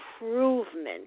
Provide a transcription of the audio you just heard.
improvement